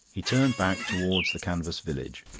he turned back towards the canvas village.